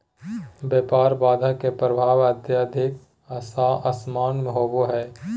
व्यापार बाधा के प्रभाव अत्यधिक असमान होबो हइ